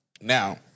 Now